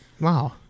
Wow